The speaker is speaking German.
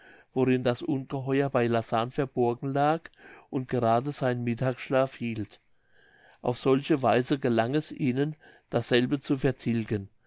worin das ungeheuer bei lassahn verborgen lag und gerade seinen mittagsschlaf hielt auf solche weise gelang es ihnen dasselbe zu vertilgen